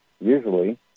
usually